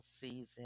season